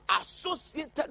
associated